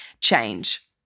change